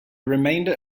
remainder